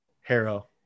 Harrow